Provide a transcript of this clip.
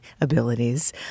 abilities